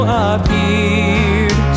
appeared